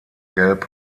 gelb